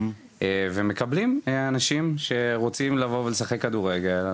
ומקבלים אנשים שרוצים לבוא ולשחק כדורגל.